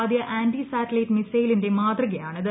ആദ്യ ആന്റിസാറ്റലൈറ്റ് മിസൈലിന്റെ മാതൃകയാണിത്